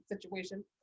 situation